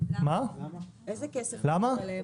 איזה כסף חוזר אליהם?